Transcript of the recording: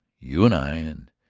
you and i and,